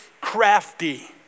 crafty